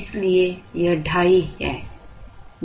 इसलिए यह ढाई है